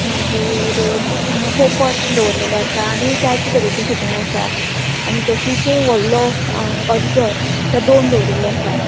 मागीर पोपट दोवरलेले आसात आनी जायतीं तरेचीं सुकणीं आसा आनी तशींच व्हडलो अजगर ते दोन दवरिल्ले आसा